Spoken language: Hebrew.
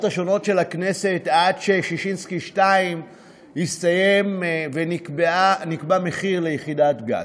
השונות של הכנסת עד שששינסקי 2 הסתיים ונקבע מחיר ליחידת גז.